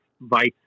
vice